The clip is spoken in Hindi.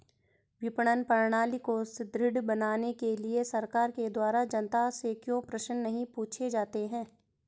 विपणन प्रणाली को सुदृढ़ बनाने के लिए सरकार के द्वारा जनता से क्यों प्रश्न नहीं पूछे जाते हैं?